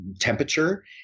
temperature